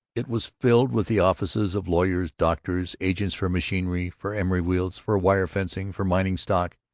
it was filled with the offices of lawyers, doctors, agents for machinery, for emery wheels, for wire fencing, for mining-stock.